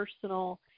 personal